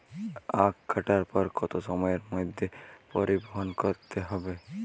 আখ কাটার পর কত সময়ের মধ্যে পরিবহন করতে হবে?